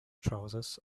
trousers